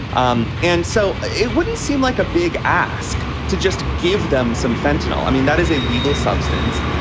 um and so it wouldn't seem like a big ask to just give them some fentanyl. i mean, that is a legal substance.